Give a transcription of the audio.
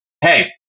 hey